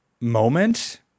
moment